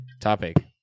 topic